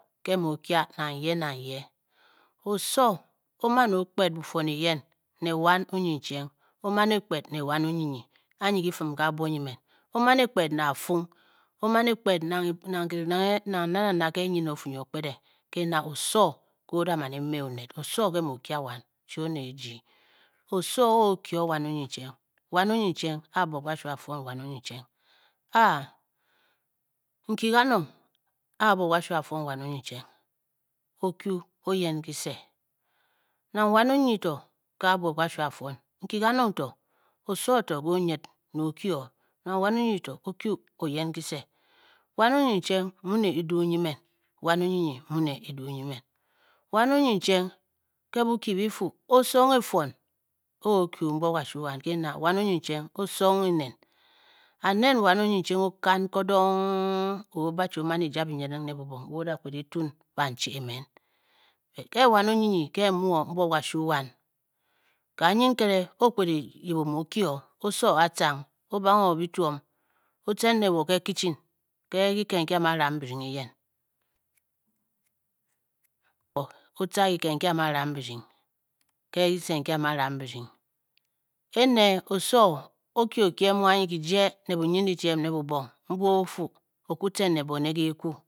Osono nke mu o-kya nang yee, nang yee, osowo o-man o kpet bufwon eyen ne wan onyicheng. o man e kpet ne wan onyinyi anyi ki fim ke abwo nyi men, o-man ekpet ne afung. o man e kped ne Nang na nang na ke kyi-nyin a nyi o fu nyu o-kpedeng ke na oso nke o da man mee oned, Ọsowo nke mu o-kya wan. chi onet ejii oso o- kye o wan onyicheng, wan onyicheng, a-a buop kashu a-fuon wan onyicheng, aaaaa, nki kanong a buop kashu a-fuoon wan onyicheng o kyu oyen kise nang wan onyinyi to ke a buop kashu a-fuon nki kanong to oso to nke onyid ne o kye o, wan onyinyi to o kyu oyen kise. wan onyincheng mu ne edu nyi emen, wan onyinyi mu ne edu nyi men, wan onyincheng ke Bokyi byi-fu o-song ng e fwon a o-kyu mbwop kashu wan, ke ne wan onyincheng o-song ng enen, a-nen n wan onyiccheng o-kan kodong. o o ba- chi o man e ja binyiding ne bubong mbu o da kped e tun banche emen Nke wan onyinyi ke mu o mbuopp kashu wan, kanyin nkere o-kped e yip omu o-kye o, o-soo o atcang, o-bange e o byi twom, o-tcen ne wo ke kichin, ke kiked nki a mu a ram birdying eyen, o tcen ne wo o tca kiked nki a. mu aram birdying ke kise nki a mu a ram birdying, ene oso o-kye okye mu anyi kije ne bubong ne bunyindyitiem o fu o kwu tcen ne bone ke kwu